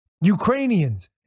Ukrainians